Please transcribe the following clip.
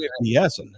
Yes